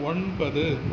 ஒன்பது